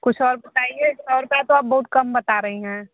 कुछ और बताईए सौ रुपया तो आप बहुत कम बता रही हैं